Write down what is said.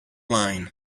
line